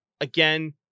again